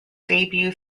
debut